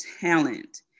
talent